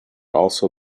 also